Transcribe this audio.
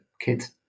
kids